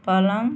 पलंग